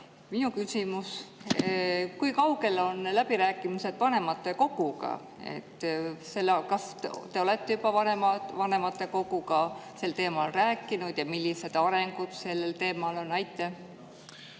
Minu küsimus: kui kaugel on läbirääkimised vanematekoguga? Kas te olete juba vanematekoguga sel teemal rääkinud ja millised [suundumused] seal on? Aitäh,